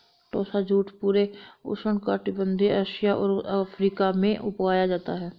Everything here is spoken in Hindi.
टोसा जूट पूरे उष्णकटिबंधीय एशिया और अफ्रीका में उगाया जाता है